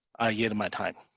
i yield my time.